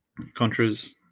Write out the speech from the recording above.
Contras